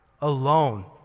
alone